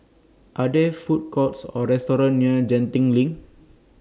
Are There Food Courts Or restaurants near Genting LINK